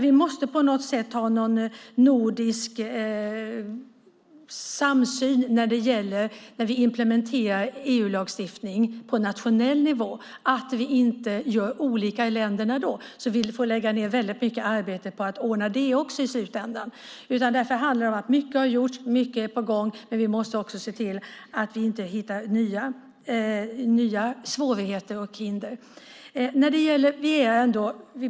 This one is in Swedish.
Vi måste på något sätt ha en nordisk samsyn när vi implementerar EU-lagstiftning på nationell nivå, det vill säga att vi inte gör olika saker i länderna så att vi sedan får lägga ned mycket arbete på att ordna till dem i slutändan. Mycket har gjorts, mycket är på gång och vi måste se till att vi inte skapar nya svårigheter och hinder.